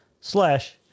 slash